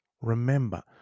Remember